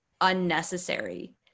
unnecessary